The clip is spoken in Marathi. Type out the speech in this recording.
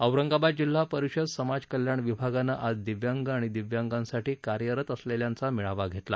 औरंगाबाद जिल्हा परिषद समाज कल्याण विभागानं आज दिव्यांग आणि दिव्यांगांसाठी कार्यरत असलेल्यांचा मेळावा घेतला